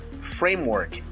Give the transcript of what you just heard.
Framework